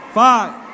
five